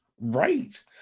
Right